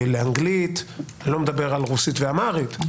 לאנגלית, לא מדבר על רוסית ואמהרית.